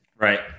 Right